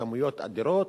בכמויות אדירות.